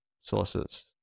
sources